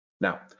Now